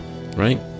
right